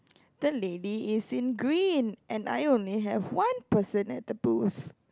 that lady is in green and I only have one person at the booth